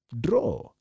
Draw